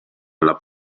alla